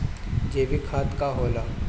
जैवीक खाद का होला?